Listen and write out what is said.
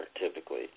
typically